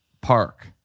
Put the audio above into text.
park